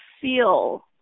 feel